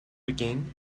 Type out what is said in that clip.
beginn